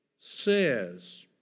says